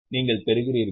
நீங்கள் பெறுகிறீர்களா